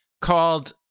called